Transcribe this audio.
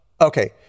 Okay